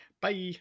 bye